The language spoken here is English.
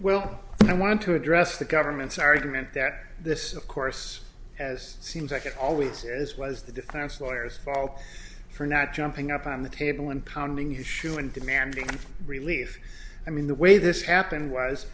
will i want to address the government's argument that this of course as seems like it always is was the defense lawyers fault for not jumping up on the table and pounding his shoe and demanding relief i mean the way this happened was